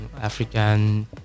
african